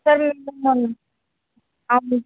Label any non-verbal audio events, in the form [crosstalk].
[unintelligible]